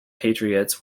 patriots